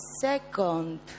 second